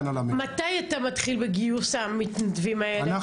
מתי אתה מתחיל בגיוס המתנדבים האלה?